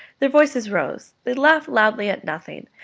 their voices rose they laughed loudly at nothing,